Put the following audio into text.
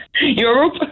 Europe